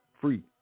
free